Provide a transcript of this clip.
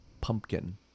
Pumpkin